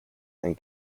and